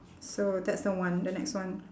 so that's the one the next one